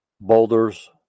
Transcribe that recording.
boulders